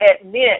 admit